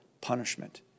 punishment